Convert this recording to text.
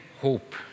hope